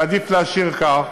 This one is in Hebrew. ועדיף להשאיר כך,